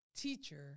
teacher